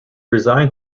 resigned